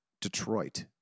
Detroit